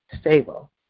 stable